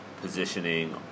positioning